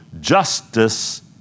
justice